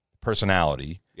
personality